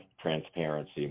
transparency